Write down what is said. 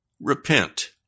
repent